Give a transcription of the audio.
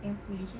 yang polish eh